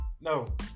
No